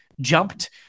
jumped